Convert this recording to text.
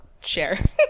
share